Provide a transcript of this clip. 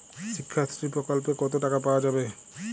শিক্ষাশ্রী প্রকল্পে কতো টাকা পাওয়া যাবে?